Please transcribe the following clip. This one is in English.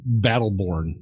battleborn